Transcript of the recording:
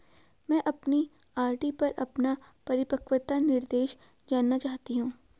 मैं अपने आर.डी पर अपना परिपक्वता निर्देश जानना चाहती हूँ